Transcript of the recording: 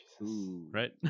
right